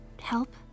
help